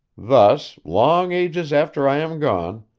thus, long ages after i am gone,